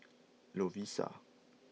Lovisa